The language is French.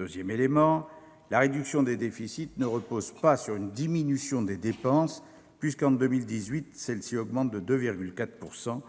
En second lieu, la réduction des déficits ne repose pas sur une diminution des dépenses, puisqu'en 2018 celles-ci augmentent de 2,4